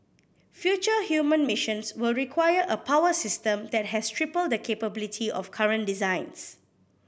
future human missions will require a power system that has triple the capability of current designs